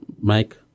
Mike